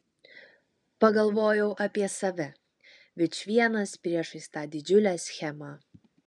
pagalvojau apie save vičvienas priešais tą didžiulę schemą